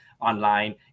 online